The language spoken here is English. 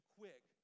quick